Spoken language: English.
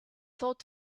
thought